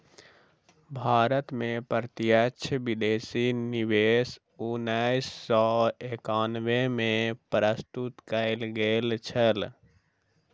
भारत में प्रत्यक्ष विदेशी निवेश उन्नैस सौ एकानबे में प्रस्तुत कयल गेल छल